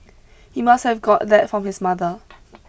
he must have got that from his mother